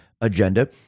agenda